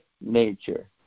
nature